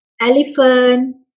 elephant